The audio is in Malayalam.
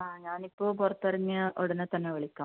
ആ ഞാൻ ഇപ്പോൾ പുറത്തിറങ്ങിയ ഉടനെ തന്നെ വിളിക്കാം